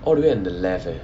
all the way on the left leh